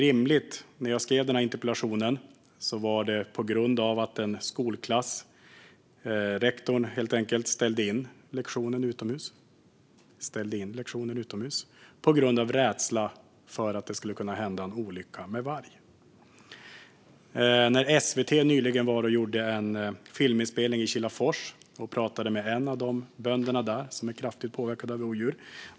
Jag skrev denna interpellation på grund av att en rektor ställde in en utomhuslektion för en skolklass på grund av rädsla för att det skulle kunna hända en olycka med varg. Vidare var SVT nyligen i Kilafors och gjorde en filminspelning och pratade med en av bönderna där, som är kraftigt påverkade av rovdjur.